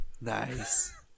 Nice